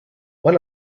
one